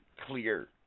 clear